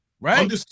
right